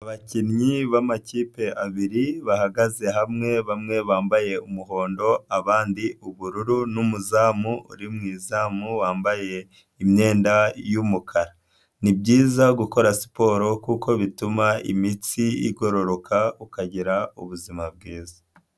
Abakinnyi b'amakipe abiri bahagaze hamwe bamwe bambaye umuhondo abandi ubururu n'umuzamu uri mwiza izamu wambaye, imyenda yumukara. Nibyiza gukora siporo kuko bituma imitsi igororoka ukagira ubuzima bwiza.